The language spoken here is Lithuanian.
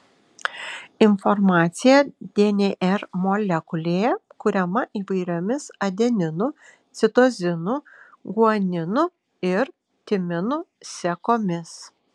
informacija dnr molekulėje kuriama įvairiomis adeninų citozinų guaninų ir timinų sekomis